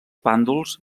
bàndols